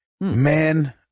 Man